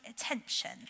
attention